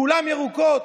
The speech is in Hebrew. כולן ירוקות.